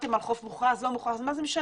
דיברתם על חוף מוכרז או לא מוכרז, אבל מה זה משנה?